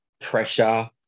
pressure